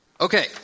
Okay